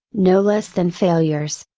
no less than failures.